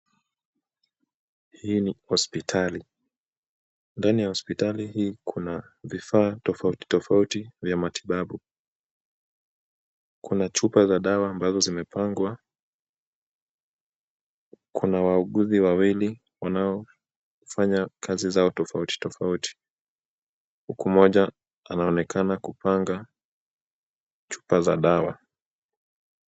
Hii ni hospitali, ndani ya hospitali hii kuna vifaa tofauti tofauti vya matibabu. Kuna chupa za dawa ambazo zimepangwa, kuna wauguzi wawili wanaofanya kazi zao tofauti tofauti huku mmoja anaonekana kupanga chupa za dawa.